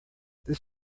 this